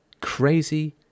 crazy